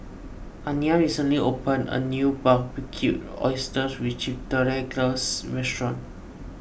Aniya recently opened a new Barbecued Oysters with Chipotle Glaze Restaurant